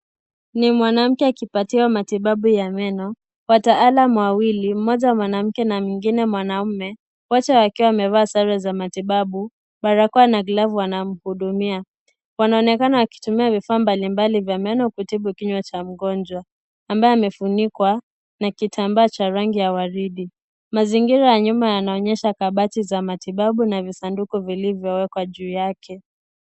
Ni mwanamke akipatiwa matibabu ya meno, wataalam wawili mmoja mwanamke mwingine mwanaume, wote wakiwa wamevaa sare za matibabu, barakoa na glavu wanamhudumia, wanaonekana wakitumia vifaa mbali mbali vya meno kutibu kinywa cha mgonjwa ambaye amefunikwa, na kitambaa cha rangi ya waridi, mazingira ya nyuma yanaonyesha kabati za matibabu na visanduku vilivyo wekwa juu yake.